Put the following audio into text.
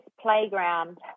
playground